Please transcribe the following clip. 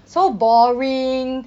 so boring